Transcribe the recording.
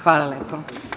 Hvala lepo.